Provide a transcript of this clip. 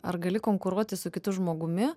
ar gali konkuruoti su kitu žmogumi